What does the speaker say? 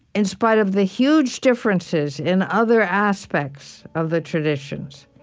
in spite of the huge differences in other aspects of the traditions